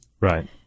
Right